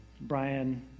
Brian